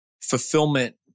fulfillment